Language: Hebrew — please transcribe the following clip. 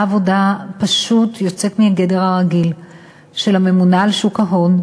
עבודה פשוט יוצאת מגדר הרגיל של הממונה על שוק ההון,